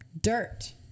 Dirt